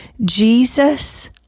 Jesus